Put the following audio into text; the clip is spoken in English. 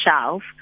shelf